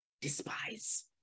despise